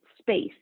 space